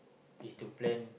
is to plan